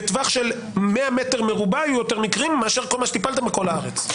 בטווח של 100 מ"ר היו יותר מקרים מאשר כל מה שטיפלתם בכל הארץ.